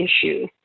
issue